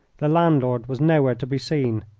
the landlord was nowhere to be seen.